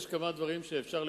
יש כמה דברים שאפשר,